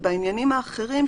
בעניינים האחרים,